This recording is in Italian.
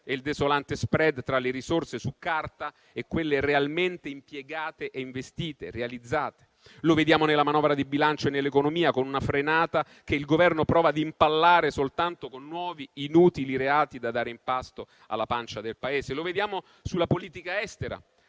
e il desolante *spread*, tra le risorse su carta e quelle realmente impiegate, investite, realizzate. Lo vediamo nella manovra di bilancio e nell'economia, con una frenata che il Governo prova a impallare soltanto con nuovi inutili reati da dare in pasto alla pancia del Paese. Lo vediamo sulla politica estera: